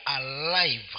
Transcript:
alive